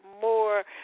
more